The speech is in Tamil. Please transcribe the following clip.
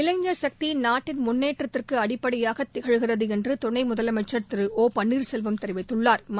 இளைஞா் சக்தி நாட்டின் முன்னேற்றத்திற்கு அடிப்படையாக திகழ்கிறது என்று தமிழக துணை முதலமைச்சா் திரு ஒ பன்னீா் செல்வம் தெரிவித்துள்ளாா்